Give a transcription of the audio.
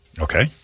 Okay